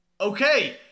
Okay